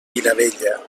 vilavella